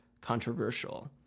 controversial